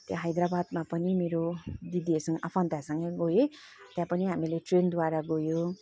हैदराबादमा पनि मेरो दिदीहरूसँग आफन्तहरूसँग गएँ त्यहाँ पनि हामीले ट्रेनद्वारा गयौँ